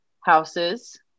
houses